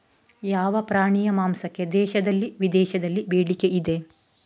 ಯಾವ ಪ್ರಾಣಿಯ ಮಾಂಸಕ್ಕೆ ದೇಶದಲ್ಲಿ ವಿದೇಶದಲ್ಲಿ ಬೇಡಿಕೆ ಇದೆ?